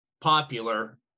popular